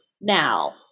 now